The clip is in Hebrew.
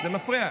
באמת.